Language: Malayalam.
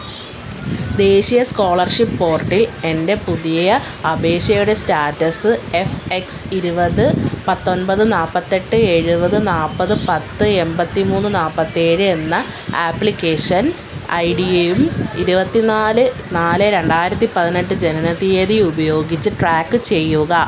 ദേശീയ സ്കോളർഷിപ്പ് പോർട്ടിൽ എൻ്റെ പുതിയ അപേക്ഷയുടെ സ്റ്റാറ്റസ് എഫ് എക്സ് ഇരുപത് പത്തൊൻപത് നാല്പത്തെട്ട് എഴുപത് നാൽപ്പത് പത്ത് എൺപത്തി മൂന്ന് നാൽപ്പത്തേഴ് എന്ന ആപ്ലിക്കേഷൻ ഐ ടി യും ഇരുപത്തി നാല് നാല് രണ്ടായിരത്തി പതിനെട്ട് ജനന തിയതിയും ഉപയോഗിച്ച് ട്രാക്ക് ചെയ്യുക